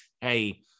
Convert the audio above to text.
hey